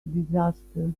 disaster